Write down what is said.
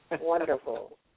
Wonderful